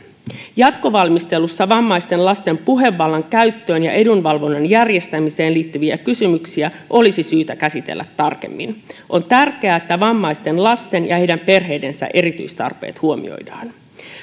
jatkovalmistelussa vammaisten lasten puhevallan käyttöön ja edunvalvonnan järjestämiseen liittyviä kysymyksiä olisi syytä käsitellä tarkemmin on tärkeää että vammaisten lasten ja heidän perheidensä erityistarpeet huomioidaan